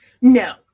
No